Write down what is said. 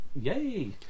Yay